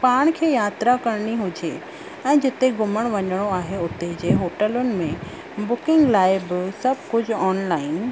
पाण खे यात्रा करिणी हुजे ऐं जिते घुमणु वञिणो आहे उते जे होटलुनि में बुकिंग लाइ बि सभु कुझु ऑनलाइन